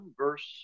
verse